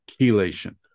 Chelation